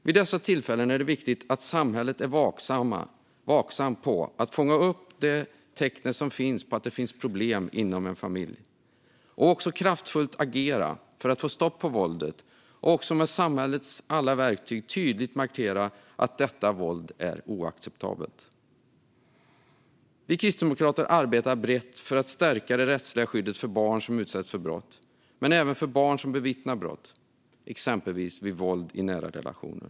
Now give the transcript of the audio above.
Vid dessa tillfällen är det viktigt att samhället är vaksamt för att fånga upp tecken på att det finns problem inom en familj och agerar kraftfullt för att få stopp på våldet. Med alla verktyg måste samhället tydligt markera att detta våld är oacceptabelt. Kristdemokraterna arbetar brett för att stärka det rättsliga skyddet för barn som utsätts för brott och för barn som bevittnar brott, exempelvis vid våld i nära relationer.